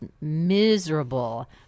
miserable